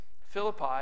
Philippi